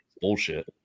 bullshit